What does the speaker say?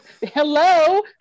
hello